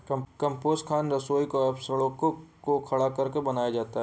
compost खाद रसोई के अपशिष्ट को सड़ाकर बनाया जाता है